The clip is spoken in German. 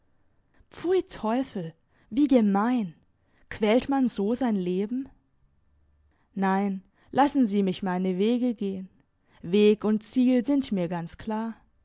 pfui teufel wie gemein quält man so sein leben nein lassen sie mich meine wege gehen weg und ziel sind mir ganz klar